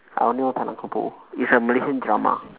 I only know tanah kubur it's a malaysian drama